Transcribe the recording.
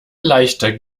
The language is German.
leichter